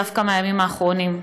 דווקא מהימים האחרונים.